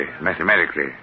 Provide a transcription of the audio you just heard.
mathematically